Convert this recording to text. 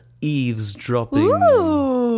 eavesdropping